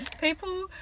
People